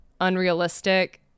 unrealistic